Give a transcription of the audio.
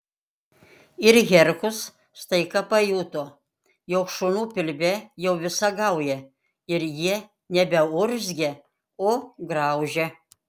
ir herkus staiga pajuto jog šunų pilve jau visa gauja ir jie nebeurzgia o graužia